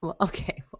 Okay